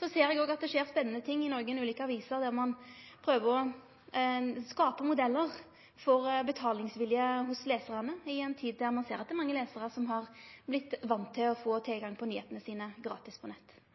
Så ser eg òg at det skjer spennande ting i ulike aviser der ein prøver å skape modellar for betalingsvilje hos lesarane i ei tid der mange lesarar har vorte vane med å få tilgang til nyheitene gratis på nett, og det synest eg det er spennande å følgje med på.